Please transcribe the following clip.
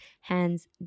hands